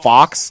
Fox